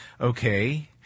Okay